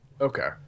okay